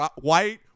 white